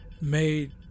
made